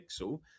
pixel